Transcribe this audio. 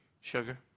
sugar